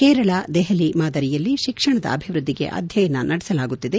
ಕೇರಳ ದೆಹಲಿ ಮಾದರಿಯಲ್ಲಿ ಶಿಕ್ಷಣದ ಅಭಿವೃದ್ದಿಗೆ ಅಧ್ಯಯನ ನಡೆಸಲಾಗುತ್ತಿದೆ